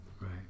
Right